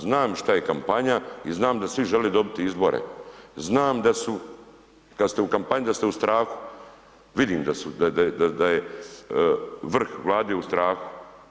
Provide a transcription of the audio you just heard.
Znam šta je kampanja i znam da svi žele dobiti izbore, znam da su kada ste u kampanji da ste u strahu, vidim da je vrh Vlade u strahu.